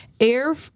air